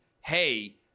hey